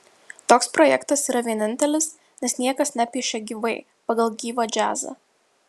toks projektas yra vienintelis nes niekas nepiešia gyvai pagal gyvą džiazą